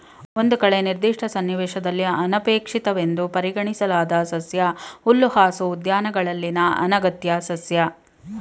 ಒಂದು ಕಳೆ ನಿರ್ದಿಷ್ಟ ಸನ್ನಿವೇಶದಲ್ಲಿ ಅನಪೇಕ್ಷಿತವೆಂದು ಪರಿಗಣಿಸಲಾದ ಸಸ್ಯ ಹುಲ್ಲುಹಾಸು ಉದ್ಯಾನಗಳಲ್ಲಿನ ಅನಗತ್ಯ ಸಸ್ಯ